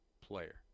player